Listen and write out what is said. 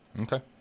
okay